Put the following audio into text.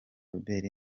robert